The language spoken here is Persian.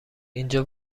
اینجا